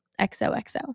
XOXO